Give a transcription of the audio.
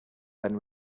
then